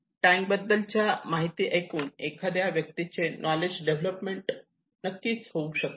tank बद्दलच्या माहिती ऐकून एखाद्या व्यक्तीचे नॉलेज डेव्हलपमेंट होऊ शकते